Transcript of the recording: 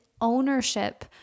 ownership